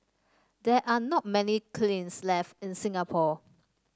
there are not many kilns left in Singapore